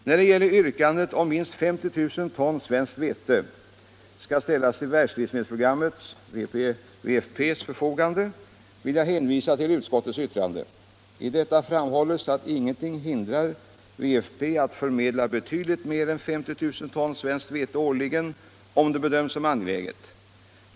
När det gäller yrkandet att minst 50 000 ton svenskt vete skall ställas till Världslivsmedelsprogrammets, WFP, förfogande vill jag hänvisa till utskottets yttrande, I detta framhålles att ingenting hindrar WFP att förmedla betydligt mer än 50 000 ton svenskt vete årligen om det bedöms som angeläget.